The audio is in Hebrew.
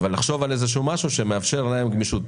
לחשוב על משהו שמאפשר גמישות.